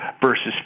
versus